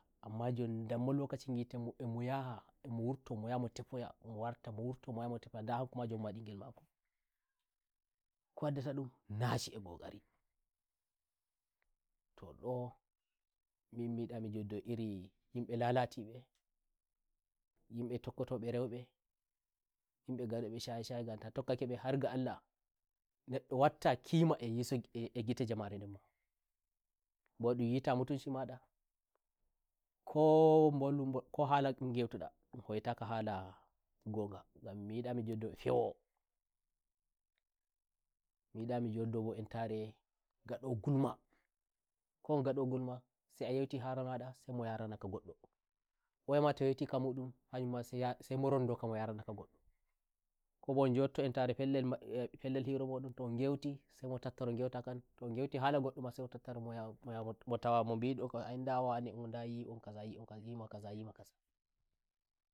amman njon ndon mo lokaci ngiten mk emo yaha emo wurtamo yaha mo tefoya mo warta mo wurto mo yaha mo tefanda hanko ma njon mo wadi ngel makoko waddata ndum naci a kokaritoh ndomin mi nyida mi joddo e nyimbe lalati mbenyimbe tokkoto mbe nroibenyimbe ngadobe shaye shaye ngan ta tokkake mbehar ga Allahneddo watta kima e yeso " yim yeso" jamare nden mambo ndun yita mutunci wadako mbolu mbo ko hala ngeutudandun hoitaka hala ngogangam mi nyida mi joddo mbo entare ngadowo ngulmakowon ngulmasai a nyeuti hala mada sai mo yara naka goddooyama to nyeuti ka mudum "sai ya sai mo" rondo ka mo yara naka ngoddoko bo on jotto entare pellel hiro modon to on geuti sai mo tattaro mo yaha mo yaha mo tawa mo ngiddo ka ai nda wane o nda yi'on kaza yima kaza